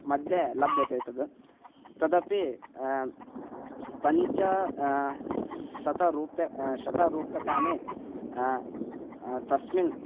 मध्ये लभ्यते तद् तदपि पञ्चा शतरूप्यकं शतरूप्यकाणि तस्मिन्